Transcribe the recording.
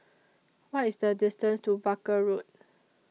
What IS The distance to Barker Road